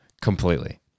completely